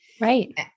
Right